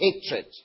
hatred